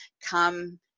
come